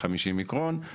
בבקשה.